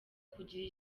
kugira